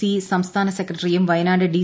C സംസ്ഥാന സെക്രട്ടറിയും Wayanad D